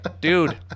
dude